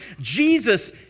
Jesus